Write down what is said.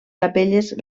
capelles